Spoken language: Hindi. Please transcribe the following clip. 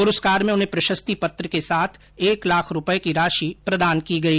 पुरस्कार में उन्हें प्रशस्ति पत्र के साथ एक लाख रुपये की राशि प्रदान की गई